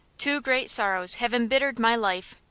two great sorrows have embittered my life.